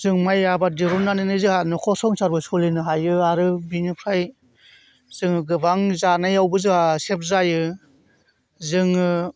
जों माइ आबाद दिहुननानैनो जोंहा न'खर संसारबो सोलिनो हायो आरो बेनिफ्राय जोङो गोबां जानायावबो जोंहा सेभ जायो जोङो